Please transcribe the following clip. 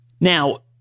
Now